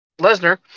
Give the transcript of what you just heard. Lesnar